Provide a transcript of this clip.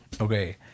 okay